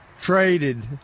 traded